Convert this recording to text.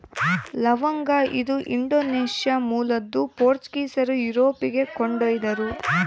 ಲವಂಗ ಇದು ಇಂಡೋನೇಷ್ಯಾ ಮೂಲದ್ದು ಪೋರ್ಚುಗೀಸರು ಯುರೋಪಿಗೆ ಕೊಂಡೊಯ್ದರು